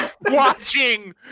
watching